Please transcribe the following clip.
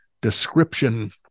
description